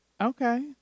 Okay